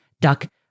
duck